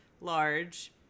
large